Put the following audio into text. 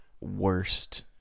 worst